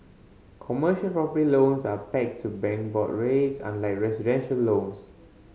commercial property loans are pegged to bank board rates unlike residential loans